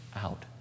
out